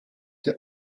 der